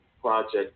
Project